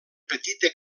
petita